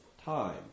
Time